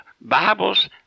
Bibles